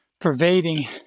pervading